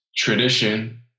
tradition